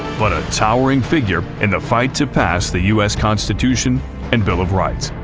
but a towering figure in the fight to pass the us constitution and bill of rights.